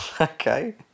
Okay